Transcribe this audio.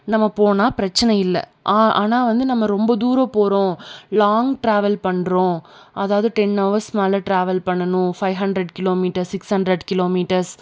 நம்ம போனால் பிரச்சனை இல்லை ஆனால் வந்து நம்ம ரொம்ப தூரம் போகிறோம் லாங் டிராவல் பண்றோம் அதாவது டென் ஹவர்ஸ் மேலே டிராவல் பண்ணணும் five hundred kilometre six hundred kilometre